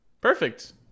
Perfect